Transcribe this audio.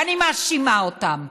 ואני מאשימה אותם,